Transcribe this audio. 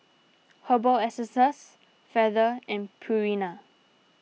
Herbal Essences Feather and Purina